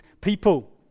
people